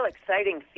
exciting